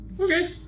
Okay